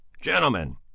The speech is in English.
gentlemen